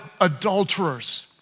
adulterers